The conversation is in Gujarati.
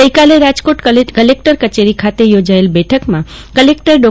ગઈ કાલે રાજકોટ કલેકટર કચેરી ખાતે યોજાયેલ બેઠકમાં કલેકટર ડો